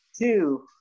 Two